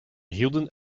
hielden